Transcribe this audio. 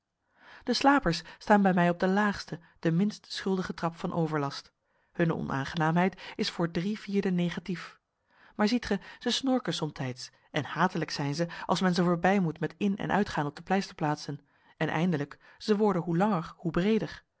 de slapers staan bij mij op den laagsten den minst schuldigen trap van overlast hunne onaangenaamheid is voor drie vierden negatief maar ziet ge zij snorken somtijds en hatelijk zijn zij als men ze voorbij moet met in en uitgaan op de pleisterplaatsen en eindelijk ze worden hoe langer hoe breeder